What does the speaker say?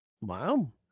wow